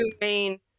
main